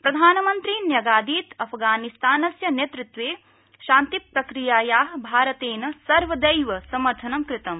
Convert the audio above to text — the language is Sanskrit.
प्रधानमंत्री न्यगादीत् अफगानिस्तानस्य नेतृत्वे शान्तिप्रक्रियाया भारतेन सर्वदैव समर्थन् कृतम्